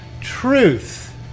truth